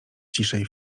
ciszej